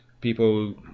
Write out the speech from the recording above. People